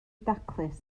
daclus